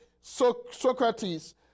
Socrates